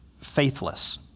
faithless